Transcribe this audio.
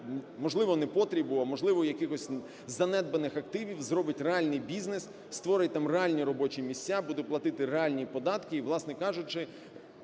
можливо, непотребу, а, можливо, якихось занедбаних активів зробить реальний бізнес: створить там реальні робочі місця, буде платити реальні податки. І, власне кажучи,